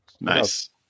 nice